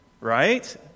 right